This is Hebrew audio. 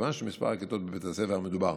מכיוון שמספר הכיתות בבית הספר המדובר